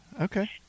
Okay